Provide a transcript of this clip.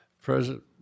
president